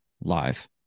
live